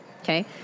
Okay